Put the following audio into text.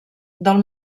del